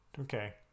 Okay